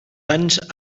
anys